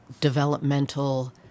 developmental